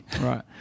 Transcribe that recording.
right